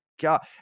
God